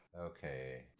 Okay